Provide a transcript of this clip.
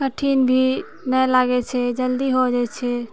कठिन भी नै लागै छै जल्दी हो जाइ छै